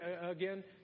again